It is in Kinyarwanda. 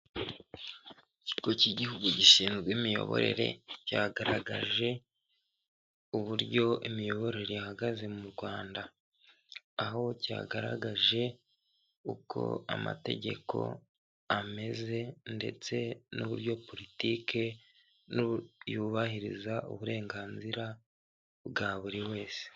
Ikigo cy'Igihugu gishinzwe imiyoborere cyagaragaje uburyo imiyoborere ihagaze mu Rwanda. Aho cyagaragaje uko amategeko ameze ndetse n'uburyo politike yubahiriza uburenganzira bwa buri wese.